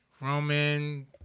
Roman